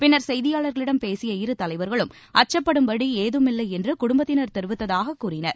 பின்னர் செய்தியாளர்களிடம் பேசிய இரு தலைவர்களும் அச்சப்படும்படி ஏதுமில்லை என்று குடும்பத்தினர் தெரிவித்ததாக கூறினர்